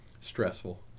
Stressful